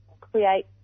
create